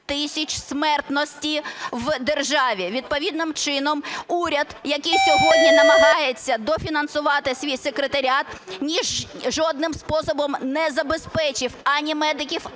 тисяч смертності в державі. Відповідним чином уряд, який сьогодні намагається дофінансувати свій Секретаріат, жодним способом не забезпечив ані медиків,